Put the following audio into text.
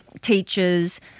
teachers